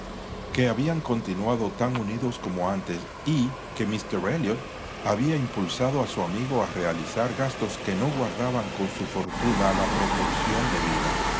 que habían continuado tan unidos como antes y que míster elliot había impulsado a su amigo a realizar gastos que no guardaban con su fortuna la proporción debida la